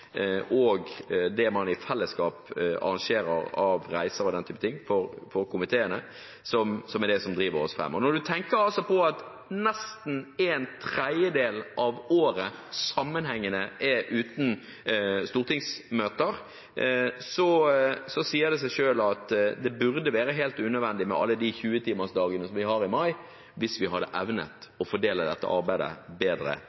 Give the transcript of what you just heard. og det man i fellesskap arrangerer av reiser og den type ting for komiteene, det er det som driver oss fram. Når en tenker på at nesten en tredjedel av året – sammenhengende – er uten stortingsmøter, sier det seg selv at det burde være helt unødvendig med alle de 20-timersdagene som vi har i mai, hvis vi hadde evnet å fordele dette arbeidet bedre